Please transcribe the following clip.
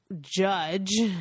judge